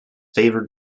favored